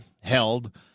held